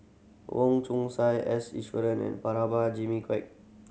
Wong Chong Sai S and Jimmy Quek